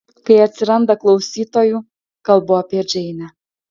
kai atsiranda klausytojų kalbu apie džeinę